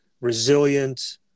resilient